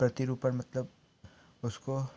प्रतिरूपण मतलब उसको